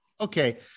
Okay